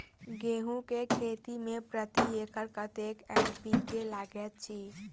गेंहूँ केँ खेती मे प्रति एकड़ कतेक एन.पी.के लागैत अछि?